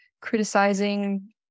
criticizing